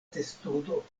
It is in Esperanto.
testudo